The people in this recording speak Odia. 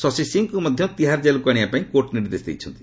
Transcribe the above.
ଶଶି ସିଂଙ୍କୁ ମଧ୍ୟ ତିହାର ଜେଲ୍କୁ ଆଶିବାପାଇଁ କୋର୍ଟ ନିର୍ଦ୍ଦେଶ ଦେଇଛନ୍ତି